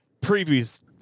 previous